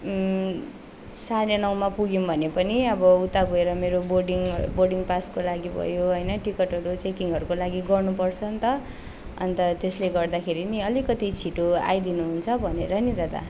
साँढे नौमा पुग्यौँ भने पनि अब उता गएर मेरो बोर्डिङ बोर्डिङ पासको लागि भयो होइन टिकटहरू चेकिङहरूको लागि गर्नुपर्छ नि त अन्त त्यसले गर्दाखेरि नि अलिकति छिटो आइदिनु हुन्छ भनेर नि दादा